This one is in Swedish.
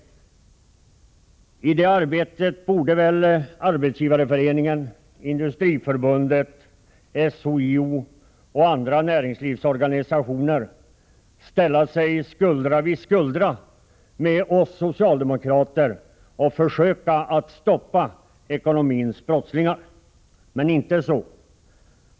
I arbetet för att försöka stoppa ekonomins brottslingar borde väl Arbetsgivareföreningen, Industriförbundet, SHIO och andra näringslivsorganisationer kämpa skuldra vid skuldra tillsammans med oss socialdemokrater. Men inte så.